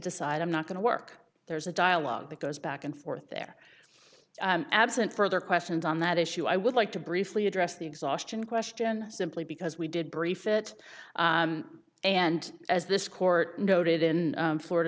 decide i'm not going to work there's a dialogue that goes back and forth there absent further questions on that issue i would like to briefly address the exhaustion question simply because we did brief it and as this court noted in florida